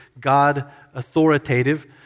God-authoritative